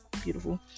beautiful